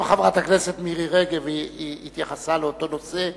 גם חברת הכנסת מירי רגב התייחסה לאותו נושא,